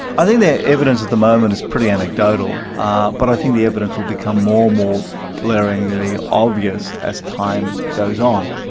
i think the evidence at the moment is pretty anecdotal ah but i think the evidence will become more and more blaringly obvious as time goes on.